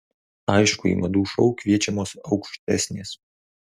aišku į madų šou kviečiamos aukštesnės